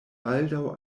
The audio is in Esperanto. baldaŭ